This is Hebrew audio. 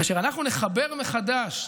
כאשר אנחנו נחבר מחדש,